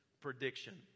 prediction